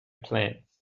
plans